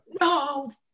No